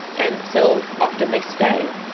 and so, often they stay.